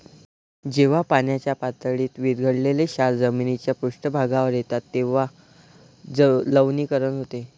जेव्हा पाण्याच्या पातळीत विरघळलेले क्षार जमिनीच्या पृष्ठभागावर येतात तेव्हा लवणीकरण होते